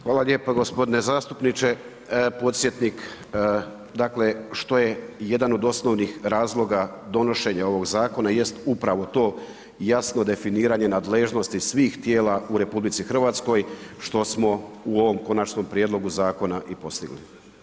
Hvala lijepo gospodine zastupniče, podsjetnik dakle što je jedan od osnovnih razloga donošenja ovog zakona jest upravo to jasno definiranje nadležnosti svih tijela u RH što smo u ovom konačnom prijedlogu zakona i postigli.